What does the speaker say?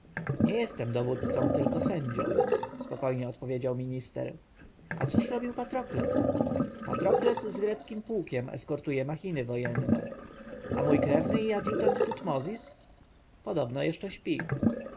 nie jestem dowódcą tylko sędzią spokojnie odpowiedział minister a cóż robił patrokles patrokles z greckim pułkiem eskortuje machiny wojenne a mój krewny i adjutant tutmozis podobno jeszcze śpi